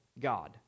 God